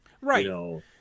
right